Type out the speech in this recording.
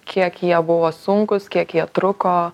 kiek jie buvo sunkūs kiek jie truko